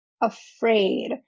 afraid